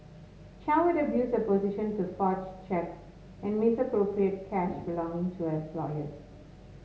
Chow had abused her position to forge cheques and misappropriate cash belonging to her employers